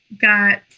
got